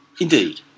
Indeed